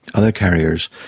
other carriers,